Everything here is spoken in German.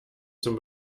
zum